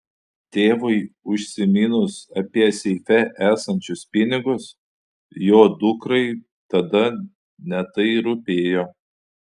tėvui užsiminus apie seife esančius pinigus jo dukrai tada ne tai rūpėjo